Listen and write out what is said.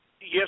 Yes